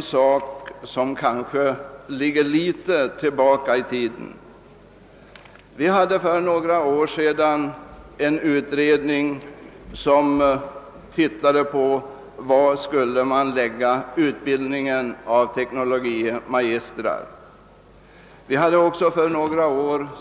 frågor som ligger något tillbaka i tiden. För några år sedan arbetade en utredning med frågan var utbildningen av teknologie magistrar skulle ske.